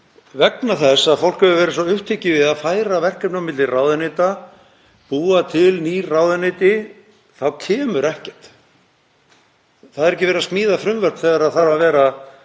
vegna þess að fólk hefur verið svo upptekið við að færa verkefni á milli ráðuneyta, búa til ný ráðuneyti, að það kemur ekkert. Það er ekki verið að smíða frumvörp þegar þarf að velta